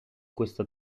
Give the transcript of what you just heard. questa